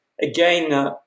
Again